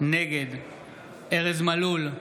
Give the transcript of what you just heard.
נגד ארז מלול,